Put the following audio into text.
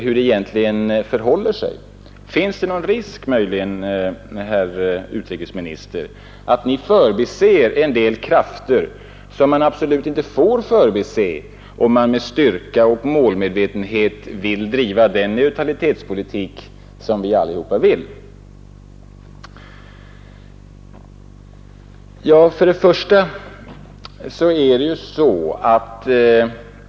Hur förhåller det sig egentligen, finns det någon risk, herr utrikesminister, att Ni förbiser en del krafter som man absolut inte får förbise, om man med styrka och målmedvetenhet vill driva den oberoendets politik som vi alla vill driva?